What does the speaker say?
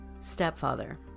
stepfather